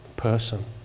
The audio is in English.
person